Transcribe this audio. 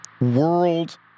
world